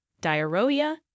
diarrhea